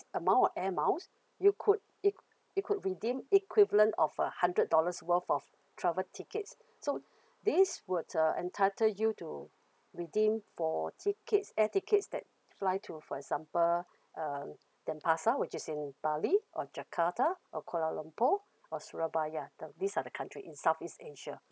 amount of air miles you could it you could redeem equivalent of a hundred dollars worth of travel tickets so this would uh entitle you to redeem for tickets air tickets that fly to for example uh denpasar which is in bali or jakarta or kuala lumpur or surabaya the these are the countries in southeast asia